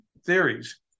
theories